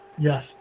Yes